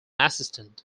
assistant